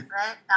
right